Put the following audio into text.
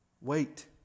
Wait